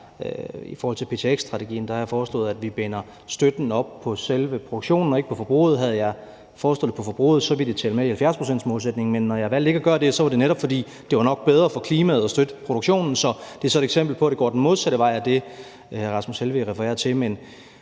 I forhold til ptx-strategien har jeg foreslået, at vi binder støtten op på selve produktionen og ikke på forbruget. Havde jeg foreslået det på forbruget, ville det tælle med i 70-procentsmålsætningen, men når jeg valgte ikke at gøre det, var det netop, fordi det nok var bedre for klimaet at binde støtten op på produktionen. Så det er et eksempel på, at det går den modsatte vej af den, hr. Rasmus Helveg Petersen